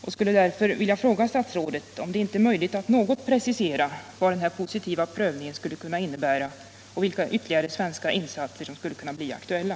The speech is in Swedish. Jag vill därför fråga statsrådet om det inte är möjligt att i någon mån precisera vad den här positiva prövningen skulle kunna innebära och vilka ytterligare svenska insatser som kan bli aktuella.